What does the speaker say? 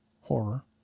horror